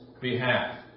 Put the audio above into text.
behalf